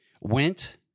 went